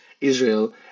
Israel